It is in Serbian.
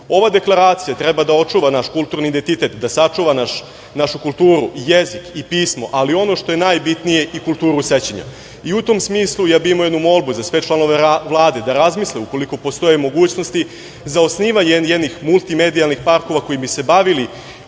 deklaracija treba da očuva naš kulturni identitet, da sačuva našu kulturu, jezik i pismo, ali i ono što je najbitnije, kulturu sećanja. U tom smislu ja bih imao jednu molbu za sve članove Vlade da razmisle, ukoliko postoje mogućnosti, za osnivanje jednih multimedijalnih parkova koji bi se bavili